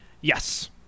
Yes